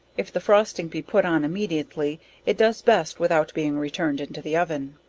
if the frosting be put on immediately it does best without being returned into the oven.